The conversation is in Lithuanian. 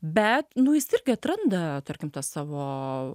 bet nu jis irgi atranda tarkim savo